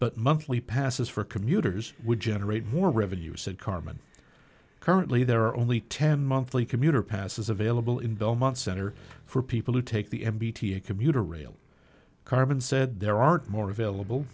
but monthly passes for commuters would generate more revenue said carmen currently there are only ten monthly commuter passes available in belmont center for people who take the m b t a commuter rail car been said there aren't more available